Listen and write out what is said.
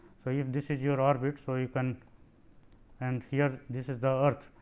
so, if this is your orbit. so, you can and here this is the earth.